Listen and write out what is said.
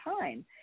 time